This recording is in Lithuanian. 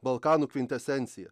balkanų kvintesencija